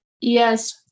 yes